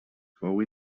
fou